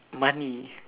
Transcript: money